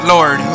Lord